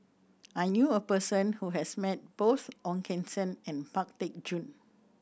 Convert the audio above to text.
I knew a person who has met both Ong Keng Sen and Pang Teck Joon